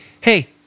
hey